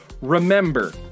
Remember